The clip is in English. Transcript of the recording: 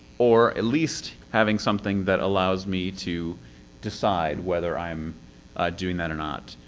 or at least having something that allows me to decide whether i'm doing that or not,